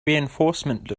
reinforcement